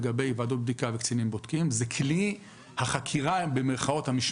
לגבי ועדות בדיקה וקצינים בודקים זה כלי "החקירה המשמעתית".